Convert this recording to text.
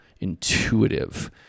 intuitive